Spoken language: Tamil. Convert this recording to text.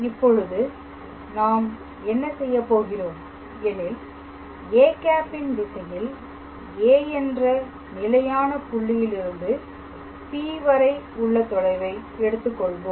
இப்பொழுது நாம் என்ன செய்யப்போகிறோம் எனில் â ன் திசையில் A என்ற நிலையான புள்ளியிலிருந்து P வரை உள்ள தொலைவை எடுத்துக்கொள்வோம்